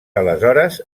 aleshores